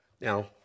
Now